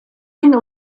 den